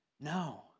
No